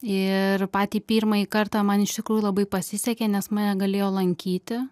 ir patį pirmąjį kartą man iš tikrųjų labai pasisekė nes mane galėjo lankyti